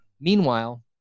Meanwhile